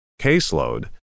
caseload